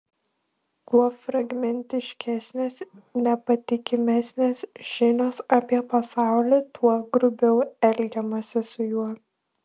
kuo fragmentiškesnės nepatikimesnės žinios apie pasaulį tuo grubiau elgiamasi su juo